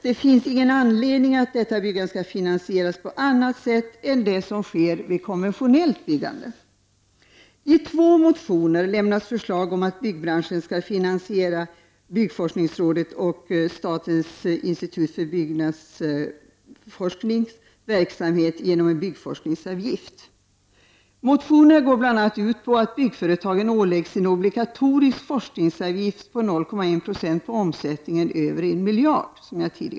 Det finns ingen anledning att detta byggande finansieras på annat sätt än konventionellt byggande, I två motioner lämnas förslag om att byggbranschen skall finansiera byggforskningsrådets och statens instituts för byggnadsforskning verksamhet genom en byggforskningsavgift. Motionerna går bl.a. ut på att byggföretagen åläggs en obligatorisk forskningsavgift på 0,1 Zo på omsättningen över en miljard.